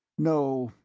no,